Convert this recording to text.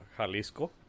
Jalisco